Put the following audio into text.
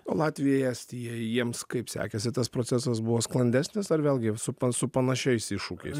o latvijai estijai jiems kaip sekėsi tas procesas buvo sklandesnis ar vėlgi supa su panašiais iššūkiais